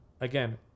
again